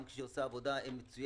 גם כשהיא עושה עבודה מצוינת,